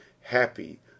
happy